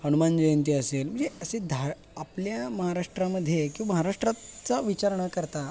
हनुमान जयंती असेल म्हणजे असे धा आपल्या महाराष्ट्रामध्ये की महाराष्ट्रातचा विचार न करता